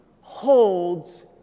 holds